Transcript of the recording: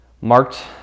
marked